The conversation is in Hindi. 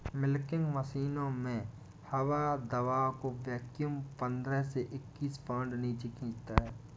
मिल्किंग मशीनों में हवा दबाव को वैक्यूम पंद्रह से इक्कीस पाउंड नीचे खींचता है